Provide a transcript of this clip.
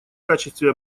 качестве